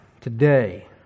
today